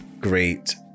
great